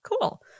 cool